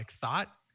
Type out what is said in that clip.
thought